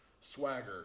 Swagger